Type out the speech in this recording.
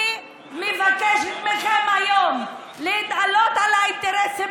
אני מבקשת מכם היום להתעלות מעל האינטרסים